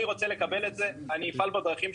אני רוצה לקבל את זה, אני אפעל בדרכים.